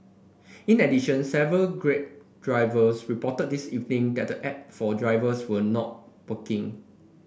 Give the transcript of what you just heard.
in addition several Grab drivers reported this evening that the app for drivers were not working